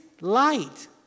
light